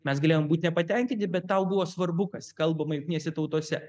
mes galėjom būt patenkinti bet tau buvo svarbu kas kalbama jungtinėse tautose